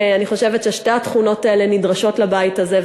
אני חושבת ששתי התכונות האלה נדרשות לבית הזה,